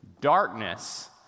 Darkness